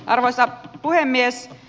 arvoisa puhemies